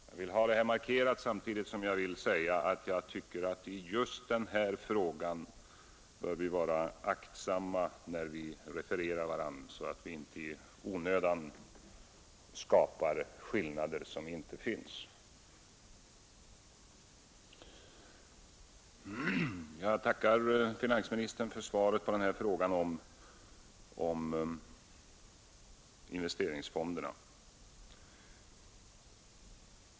Jag vill ha detta markerat, samtidigt som jag vill säga att jag tycker att i just denna fråga bör vi vara aktsamma när vi refererar varandras uttalanden, så att vi inte i onödan skapar skillnader som inte finns. Jag tackar finansministern för svaret på frågan om investeringsfonderna.